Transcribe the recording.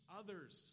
others